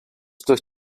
durch